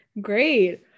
great